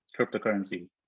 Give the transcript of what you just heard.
cryptocurrency